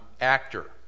actor